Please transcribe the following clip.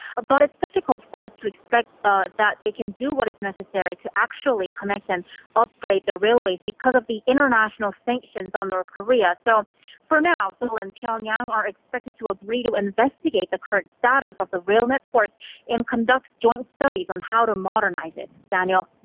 ah but it's difficult for us to expect that they can do what is necessary to actually connect and upgrade their railways because of the international sanctions on north korea. so for now, seoul and pyongyang are expected to agree to investigate the current status of the rail network and conduct joint studies on how to modernize it. daniel.